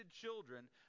children